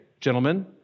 gentlemen